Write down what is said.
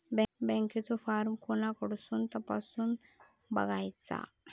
बँकेचो फार्म कोणाकडसून तपासूच बगायचा?